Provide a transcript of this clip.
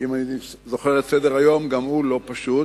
אם אני זוכר את סדר-היום, גם הוא לא פשוט.